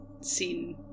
seen